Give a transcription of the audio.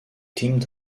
teamed